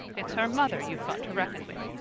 it's her mother you've got to reckon with.